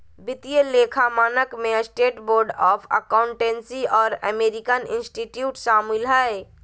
वित्तीय लेखा मानक में स्टेट बोर्ड ऑफ अकाउंटेंसी और अमेरिकन इंस्टीट्यूट शामिल हइ